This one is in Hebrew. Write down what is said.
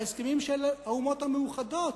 בהסכמים של האומות המאוחדות,